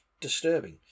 disturbing